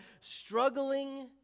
struggling